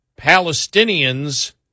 Palestinians